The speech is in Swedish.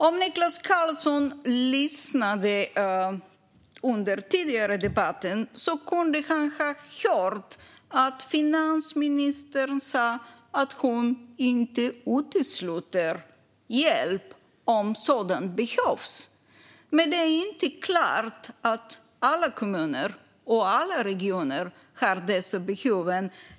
Om Niklas Karlsson hade lyssnat tidigare under debatten kunde han ha hört att finansministern sa att hon inte utesluter hjälp om sådan behövs. Det är dock inte klart att alla kommuner eller alla regioner har dessa behov.